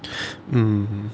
mm